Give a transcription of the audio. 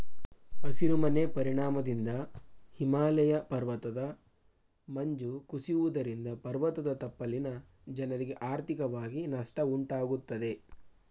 ಹಸಿರು ಮನೆ ಪರಿಣಾಮದಿಂದ ಹಿಮಾಲಯ ಪರ್ವತದ ಮಂಜು ಕುಸಿಯುವುದರಿಂದ ಪರ್ವತದ ತಪ್ಪಲಿನ ಜನರಿಗೆ ಆರ್ಥಿಕವಾಗಿ ನಷ್ಟ ಉಂಟಾಗುತ್ತದೆ